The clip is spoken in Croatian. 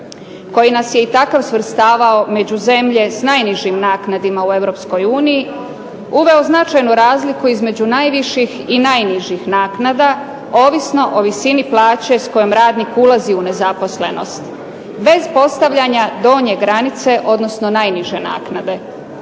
koji nas je i takav svrstavao među zemlje s najnižim naknadama u Europskoj uniji, uveo značajnu razliku između najviših i najnižih naknada, ovisno o visini plaće s kojom radnik ulazi u nezaposlenost, bez postavljanja donje granice, odnosno najniže naknade.